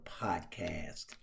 Podcast